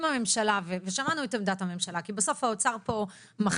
אם הממשלה ושמענו את עמדת הממשלה כי בסוף האוצר פה מחליט,